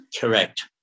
Correct